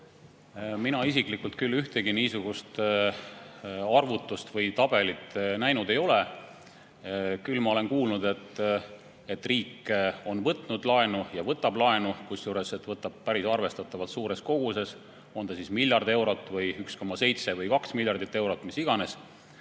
Mina isiklikult küll ühtegi niisugust arvutust või tabelit näinud ei ole. Küll ma olen kuulnud, et riik on võtnud laenu ja võtab laenu, kusjuures võtab päris arvestatavalt suures koguses, on see siis 1 miljard eurot või 1,7 või 2 miljardit eurot, mis iganes.